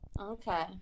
Okay